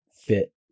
fit